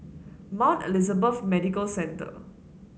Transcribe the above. Mount Elizabeth Medical Centre